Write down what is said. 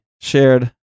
shared